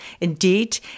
indeed